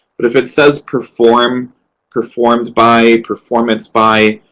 but if it says performed performed by, performance by,